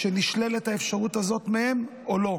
כשנשללת האפשרות הזאת מהם, או לא.